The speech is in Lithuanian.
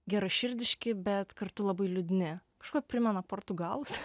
geraširdiški bet kartu labai liūdni kažkuo primena portugalus